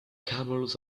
camels